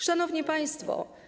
Szanowni Państwo!